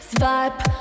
Swipe